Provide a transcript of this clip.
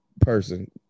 person